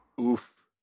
Oof